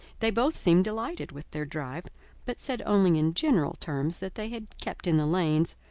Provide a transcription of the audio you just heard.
they both seemed delighted with their drive but said only in general terms that they had kept in the lanes,